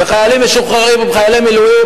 וחיילים משוחררים הם חיילי מילואים,